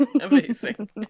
Amazing